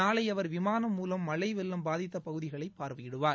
நாளை அவர் விமானம் மூலம் மழை வெள்ளம் பாதித்த பகுதிகளை பார்வையிடுவார்